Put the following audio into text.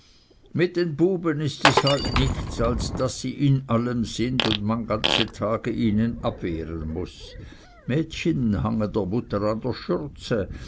mit den buben ist es halt nichts als daß sie in allem sind und man ganze tage ihnen abwehren muß mädchen hangen der mutter an der schürze